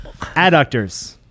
Adductors